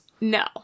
No